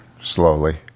slowly